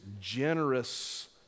generous